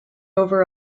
over